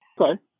Okay